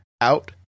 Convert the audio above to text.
out